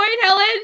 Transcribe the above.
helen